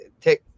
take